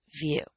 view